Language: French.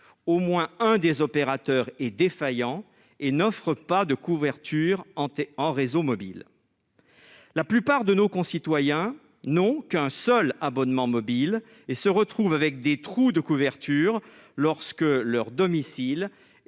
au moins un des opérateurs est défaillant et n'offre pas de couverture hanté en réseau mobile, la plupart de nos concitoyens n'ont qu'un seul abonnement mobile et se retrouvent avec des trous de couverture lorsque leur domicile